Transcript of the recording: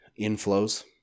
inflows